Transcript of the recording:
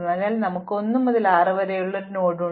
അതിനാൽ ഞങ്ങൾക്ക് 1 മുതൽ 6 വരെ ഒരു നോഡ് ഉണ്ട്